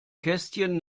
kästchen